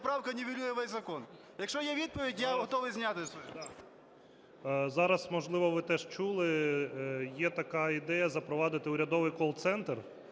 Зараз, можливо, ви теж чули, є така ідея запровадити урядовий кол-центр,